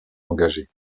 engagés